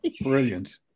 Brilliant